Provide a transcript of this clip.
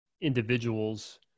individuals